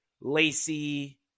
Lacey